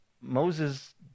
Moses